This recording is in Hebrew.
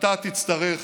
אתה תצטרך